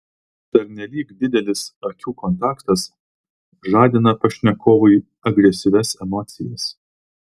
pernelyg didelis akių kontaktas žadina pašnekovui agresyvias emocijas